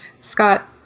Scott